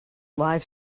live